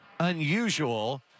unusual